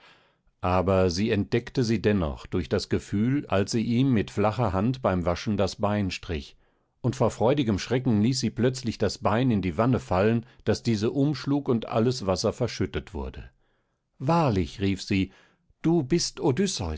aber sie entdeckte sie dennoch durch das gefühl als sie ihm mit flacher hand beim waschen das bein strich und vor freudigem schrecken ließ sie plötzlich das bein in die wanne fallen daß diese umschlug und alles wasser verschüttet wurde wahrlich rief sie du bist